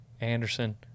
Anderson